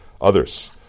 others